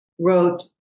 wrote